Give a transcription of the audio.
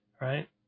right